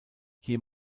hier